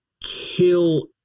kill